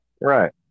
right